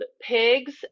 pigs